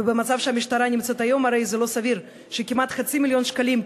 ובמצב שהמשטרה נמצאת היום הרי זה לא סביר שכמעט חצי מיליון שקלים,